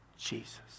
Jesus